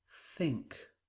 think.